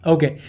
Okay